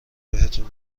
بهتون